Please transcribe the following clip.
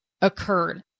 occurred